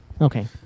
Okay